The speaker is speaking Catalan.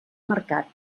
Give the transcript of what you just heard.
mercat